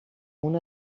una